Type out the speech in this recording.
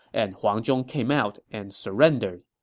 and huang zhong came out and surrendered.